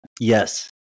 Yes